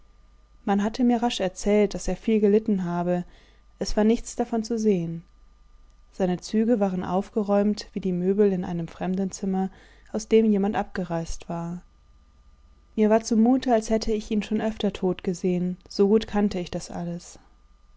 man hatte mir rasch erzählt daß er viel gelitten habe es war nichts davon zu sehen seine züge waren aufgeräumt wie die möbel in einem fremdenzimmer aus dem jemand abgereist war mir war zumute als hätte ich ihn schon öfter tot gesehen so gut kannte ich das alles